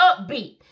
upbeat